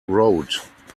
road